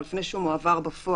עוד לפני שהוא מועבר בפועל.